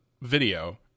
video